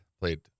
played